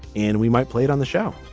and we might play it on the show.